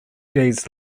days